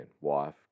wife